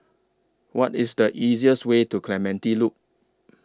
What IS The easiest Way to Clementi Loop